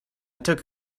took